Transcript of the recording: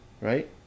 right